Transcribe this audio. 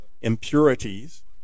impurities